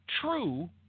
true